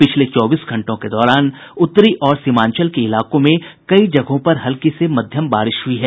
पिछले चौबीस घंटों के दौरान उत्तरी और सीमांचल के इलाकों में कई जगहों पर हल्की से मध्यम बारिश हुई है